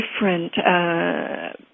different